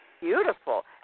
Beautiful